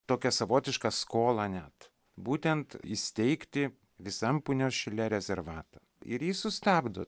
tokią savotišką skolą net būtent įsteigti visam punios šile rezervatą ir jį sustabdo